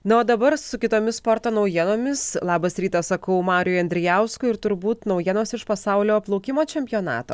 na o dabar su kitomis sporto naujienomis labas rytas sakau mariui andrijauskui ir turbūt naujienos iš pasaulio plaukimo čempionato